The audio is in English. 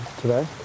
today